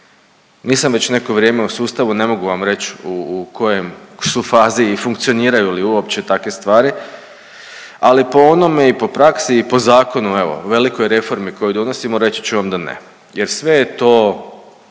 Nisam već neko vrijeme u sustavu ne mogu vam reći u kojoj su fazi i funkcioniraju li uopće takve stvari, ali po onome i po praksi i po zakonu evo velikoj reformi koju donosimo reći ću vam da ne, jer sve je to